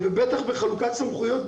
ובטח בחלוקת סמכויות.